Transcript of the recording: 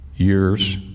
years